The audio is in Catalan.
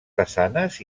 façanes